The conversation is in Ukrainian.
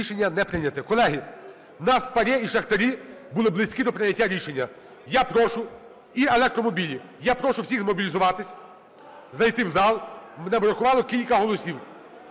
Рішення не прийнято. Колеги, в нас ПАРЄ і шахтарі були близькі до прийняття рішення. Я прошу... І електромобілі, я прошу всіх змобілізуватися, зайти в зал, не дорахували кілька голосів.